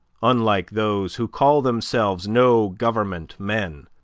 unlike those who call themselves no-government men,